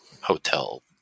hotel